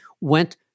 went